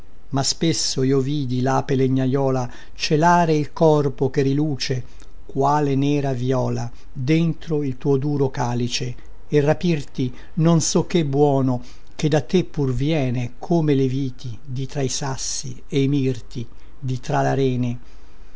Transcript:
ma spesso io vidi lape legnaiola celare il corpo che riluce quale nera viola dentro il tuo duro calice e rapirti non so che buono che da te pur viene come le viti di tra i sassi e i mirti di tra larene